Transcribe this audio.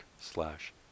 slash